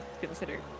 consider